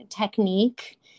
technique